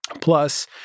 Plus